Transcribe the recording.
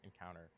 encounter